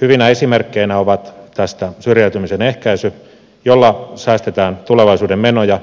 hyvinä esimerkkeinä tästä ovat syrjäytymisen ehkäisy jolla säästetään tulevaisuuden menoja